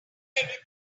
anything